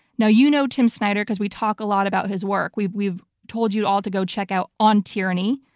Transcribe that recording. now, you know tim snyder because we talk a lot about his work. we've we've told you all to go check out on tyranny,